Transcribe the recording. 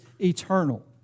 eternal